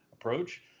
approach